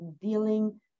dealing